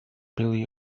billy